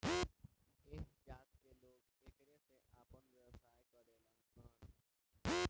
ऐह जात के लोग एकरे से आपन व्यवसाय करेलन सन